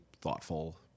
thoughtful